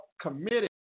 committed